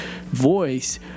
voice